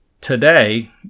today